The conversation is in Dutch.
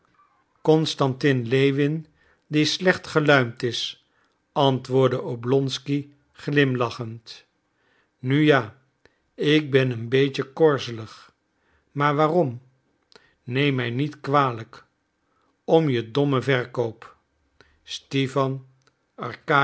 constantin lewin die slecht geluimd is antwoordde oblonsky glimlachend nu ja ik ben een beetje korzelig maar waarom neem mij niet kwalijk om je dommen verkoop stipan